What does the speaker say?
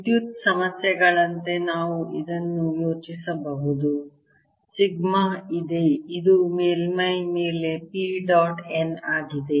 ವಿದ್ಯುತ್ ಸಮಸ್ಯೆಗಳಂತೆ ನಾವು ಇದನ್ನು ಯೋಚಿಸಬಹುದು ಸಿಗ್ಮಾ ಇದೆ ಅದು ಮೇಲ್ಮೈ ಮೇಲೆ P ಡಾಟ್ n ಆಗಿದೆ